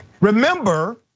Remember